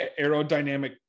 aerodynamic